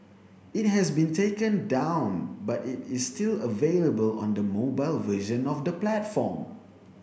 it has been taken down but it is still available on the mobile version of the platform